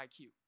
IQ